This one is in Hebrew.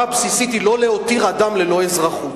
הבסיסית היא לא להותיר אדם ללא אזרחות.